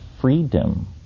freedom